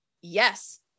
Yes